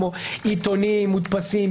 כמו עיתונים מודפסים,